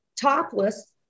topless